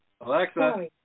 Alexa